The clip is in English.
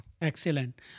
Excellent